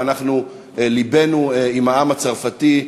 ואנחנו לבנו עם העם הצרפתי,